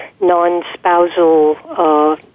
non-spousal